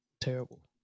Terrible